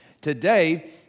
Today